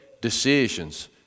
decisions